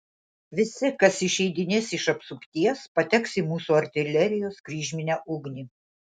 visi kas išeidinės iš apsupties pateks į mūsų artilerijos kryžminę ugnį